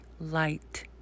light